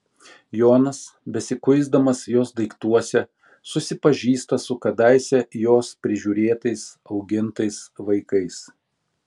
jonas besikuisdamas jos daiktuose susipažįsta su kadaise jos prižiūrėtais augintais vaikais